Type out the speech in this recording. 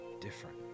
different